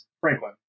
Franklin